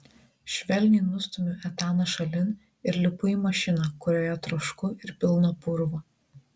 švelniai nustumiu etaną šalin ir lipu į mašiną kurioje trošku ir pilna purvo